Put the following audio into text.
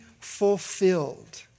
fulfilled